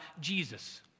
Jesus